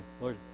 Lord